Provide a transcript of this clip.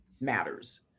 matters